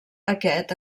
aquest